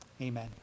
amen